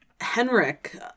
Henrik